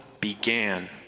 began